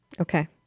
Okay